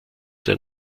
der